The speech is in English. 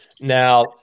Now